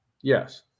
yes